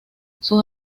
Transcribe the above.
sus